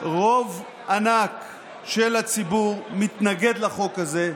רוב ענק של הציבור מתנגד לחוק הזה.